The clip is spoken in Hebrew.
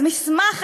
על מסמך,